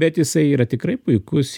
bet jisai yra tikrai puikus